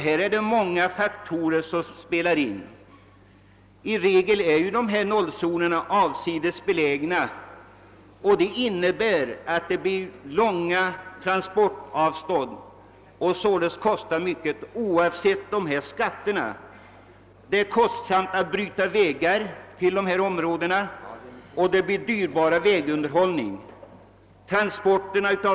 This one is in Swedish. Här är det många faktorer som spelar in. I regel är nollzonerna avsides belägna, vilket innebär att transportavstånden blir långa och att transporterna således blir dyra oavsett skatterna. Det är kostsamt att bryta vägar till dessa områden, och vägunderhållet blir dyrbart.